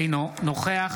אינו נוכח